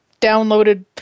downloaded